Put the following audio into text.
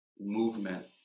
movement